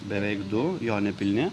beveik du jo nepilni